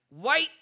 white